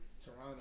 Toronto